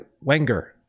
Wenger